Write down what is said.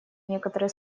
некоторые